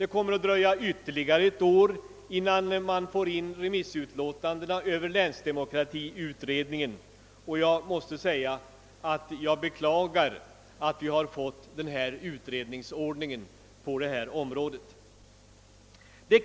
Det kommer att dröja ytterligare ett år innan remissutlåtandena över länsdemokratiutredningen inkommer. Jag måste säga att jag beklagar att vi fått denna utredningsordning.